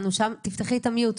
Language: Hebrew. ד"ר צבי פישר,